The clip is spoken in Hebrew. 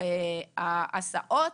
ההסעות